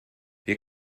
wir